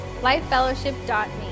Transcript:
lifefellowship.me